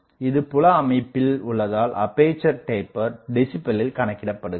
இது புல அமைப்பில் உள்ளதால் அப்பேசர் டேப்பர் டெசிபலில் கணக்கிடப்படுகிறது